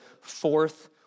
fourth